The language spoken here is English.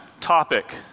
topic